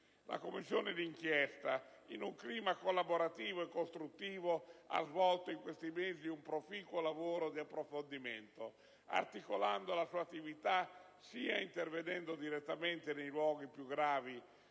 La Commissione d'inchiesta, in un clima collaborativo e costruttivo, ha svolto in questi mesi un proficuo lavoro di approfondimento, articolando la sua attività sia intervenendo direttamente nei luoghi dove